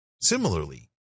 Similarly